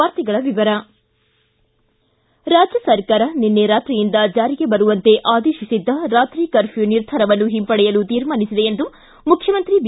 ವಾರ್ತೆಗಳ ವಿವರ ರಾಜ್ಯ ಸರ್ಕಾರ ನಿನ್ನೆ ರಾತ್ರಿಯಿಂದ ಚಾರಿಗೆ ಬರುವಂತೆ ಆದೇಶಿಸಿದ್ದ ರಾತ್ರಿ ಕರ್ಫ್ಯೂ ನಿರ್ಧಾರವನ್ನು ಹಿಂಪಡೆಯಲು ತೀರ್ಮಾನಿಸಿದೆ ಎಂದು ಮುಖ್ಯಮಂತ್ರಿ ಬಿ